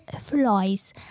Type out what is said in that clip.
flies